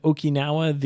Okinawa